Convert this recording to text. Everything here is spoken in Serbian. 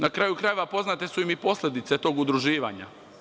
Na kraju krajeva, poznate su i posledice tog udruživanja.